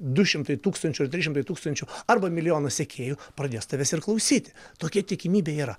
du šimtai tūkstančių ar trys šimtai tūkstančių arba milijonas sekėjų pradės tavęs ir klausyti tokia tikimybė yra